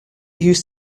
used